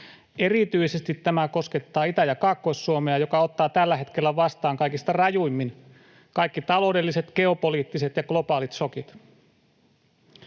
Erityisesti tämä koskettaa Itä- ja Kaakkois-Suomea, joka ottaa tällä hetkellä vastaan kaikista rajuimmin kaikki taloudelliset, geopoliittiset ja globaalit šokit.